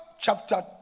chapter